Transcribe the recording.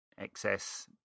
excess